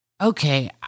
Okay